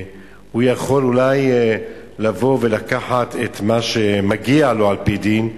והוא יכול אולי לבוא ולקחת את מה שמגיע לו על-פי דין,